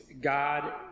God